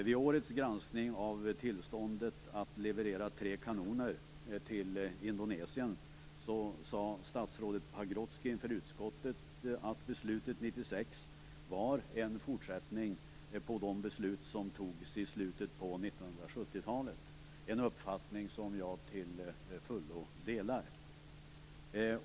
Vid årets granskning av tillståndet att leverera tre kanoner till Indonesien sade statsrådet Pagrotsky inför utskottet att beslutet 1996 var en fortsättning på de beslut som fattades i slutet på 1970-talet, en uppfattning som jag till fullo delar.